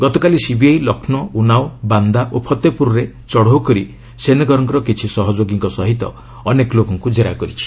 ଗତକାଲି ସିବିଆଇ ଲକ୍ଷ୍ନୌ ଉନ୍ନାଓ ବାନ୍ଦା ଓ ଫତେପୁରରେ ଚଢ଼ଉ କରି ସେନଗେଲ୍ଙ୍କ କିଛି ସହଯୋଗୀଙ୍କ ସହିତ ଅନେକ ଲୋକଙ୍କୁ ଜେରା କରିଛି